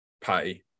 pay